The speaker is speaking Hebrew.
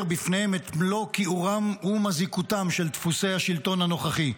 בפניהם את מלוא כיעורם ומזיקותם של דפוסי השלטון הנוכחי.